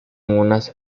unas